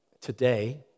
today